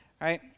right